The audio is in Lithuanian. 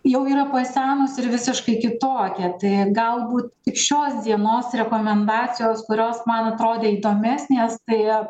jau yra pasenusi ir visiškai kitokia tai galbūt tik šios dienos rekomendacijos kurios man atrodė įdomesnės tai